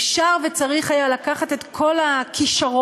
אפשר וצריך היה לקחת את כל הכישרון,